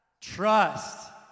trust